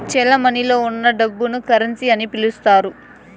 చెలమణిలో ఉన్న డబ్బును కరెన్సీ అని పిలుత్తారు